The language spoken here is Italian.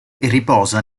riposa